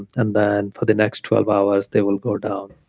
and then for the next twelve hours they will go down.